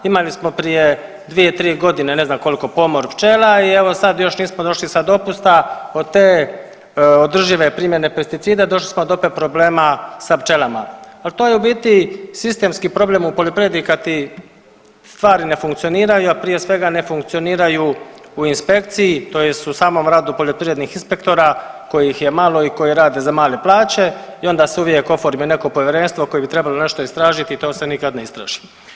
Imali smo prije 2-3.g. ne znam koliko pomor pčela i evo sad još nismo došli sa dopusta od te održive primjene pesticida došli smo do opet problema sa pčelama jer to je u biti sistemski problem u poljoprivredi kad ti stvari ne funkcioniraju, a prije svega ne funkcioniraju u inspekciji tj. u samom radu poljoprivrednih inspektora kojih je malo i koji rade za male plaće i onda se uvijek oformi neko povjerenstvo koje bi trebalo nešto istražiti i to se nikad ne istraži.